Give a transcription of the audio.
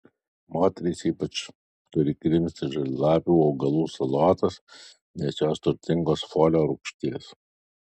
moterys ypač turi krimsti žalialapių augalų salotas nes jos turtingos folio rūgšties